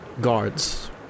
guards